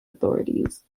authorities